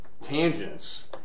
tangents